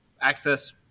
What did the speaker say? access